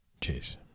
Cheers